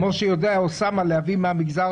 כפי שיודע אוסאמה סעדי להביא מהמגזר